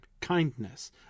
Kindness